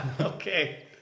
Okay